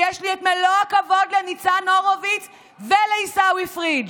ויש לי את מלוא הכבוד לניצן הורוביץ ולעיסאווי פריג'.